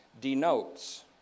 denotes